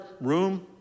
room